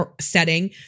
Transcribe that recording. setting